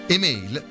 E-mail